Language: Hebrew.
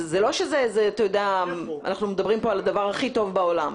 זה לא שאנחנו מדברים פה על הדבר הכי טוב בעולם.